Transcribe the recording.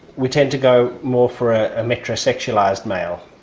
we tend to go more for a metrosexualised male.